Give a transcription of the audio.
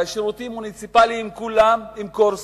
השירותים המוניציפליים כולם קורסים,